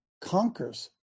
conquers